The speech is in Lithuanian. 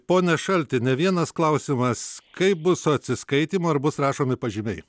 pone šalti ne vienas klausimas kaip bus su atsiskaitymu ar bus rašomi pažymiai